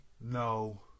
No